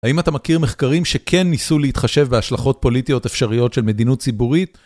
האם אתה מכיר מחקרים שכן ניסו להתחשב בהשלכות פוליטיות אפשריות של מדינות ציבורית?